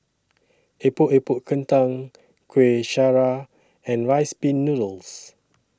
Epok Epok Kentang Kueh Syara and Rice Pin Noodles